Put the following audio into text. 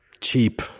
cheap